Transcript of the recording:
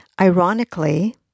ironically